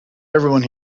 everyone